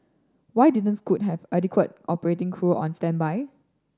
why didn't Scoot have adequate operating crew on standby